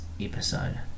episode